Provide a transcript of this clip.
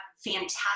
fantastic